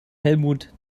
helmut